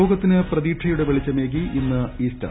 ലോകത്തിന് പ്രതീക്ഷയുടെവെളിച്ചമേകി ഇന്ന് ഈസ്റ്റർ